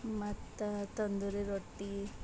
ಮತ್ತು ತಂದೂರಿ ರೊಟ್ಟಿ